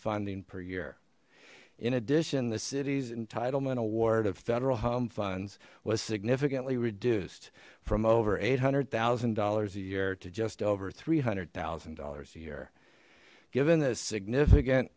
funding per year in addition the city's entitlement award of federal home funds was significantly reduced from over eight hundred thousand dollars a year to just over three hundred thousand dollars a year given the significant